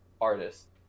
artists